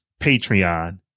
Patreon